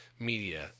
Media